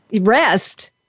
rest